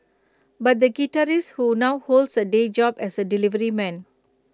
but the guitarist who now holds A day job as A delivery man